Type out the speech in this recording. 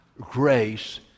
grace